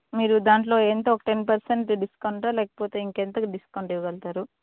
మీరు దాంట్లో ఎంతా ఒక టెన్ పర్సెంట్ డిస్కౌంటా లేకపోతే ఇంకా ఎంతకి డిస్కౌంట్ ఇవ్వగలుతారు